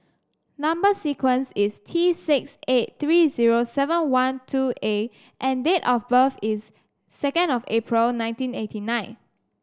number sequence is T six eight three zero seven one two A and date of birth is second of April nineteen eighty nine